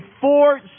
four